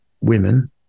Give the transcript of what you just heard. women